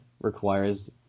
requires